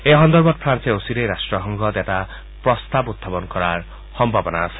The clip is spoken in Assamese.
এই সন্দৰ্ভত ফ্ৰান্সে অচিৰেই ৰাষ্ট্ৰসংঘত এটা প্ৰস্তাৱ উখাপন কৰাৰ সম্ভাৱনা আছে